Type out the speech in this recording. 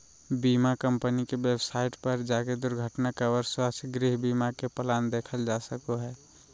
बीमा कम्पनी के वेबसाइट पर जाके दुर्घटना कवर, स्वास्थ्य, गृह बीमा के प्लान देखल जा सको हय